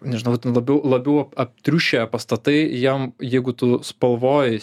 nežinau labiau labiau aptriušę pastatai jiem jeigu tu spalvoji